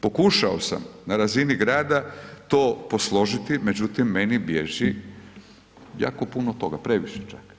Pokušao sam na razini grada to posložiti, međutim, meni bježi jako puno toga, previše čak.